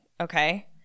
Okay